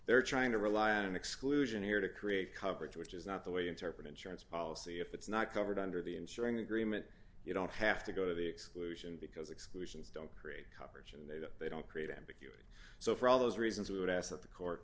they're trying to rely on an exclusion here to create coverage which is not the way you interpret insurance policy if it's not covered under the insuring agreement you don't have to go to the exclusion because exclusions don't create coverage and they don't create ambiguity so for all those reasons we would ask that the court